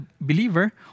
believer